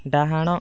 ଡାହାଣ